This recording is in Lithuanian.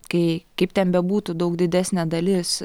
kai kaip ten bebūtų daug didesnė dalis